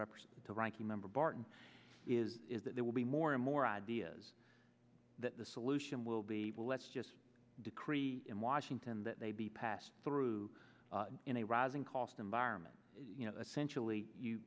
represent to ranking member barton is that there will be more and more ideas that the solution will be let's just decree in washington that they be passed through in a rising cost environment you know essentially you